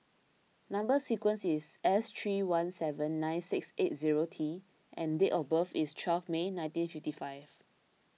Number Sequence is S three one seven nine six eight zero T and date of birth is twelve May nineteen fifty five